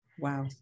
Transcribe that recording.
Wow